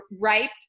ripe